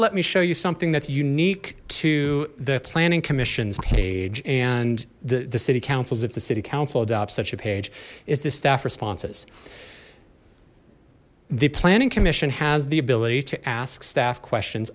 let me show you something that's unique to the planning commission's page and the city council's if the city council adopt such a page is this staff responses the planning commission has the ability to ask staff questions